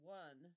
one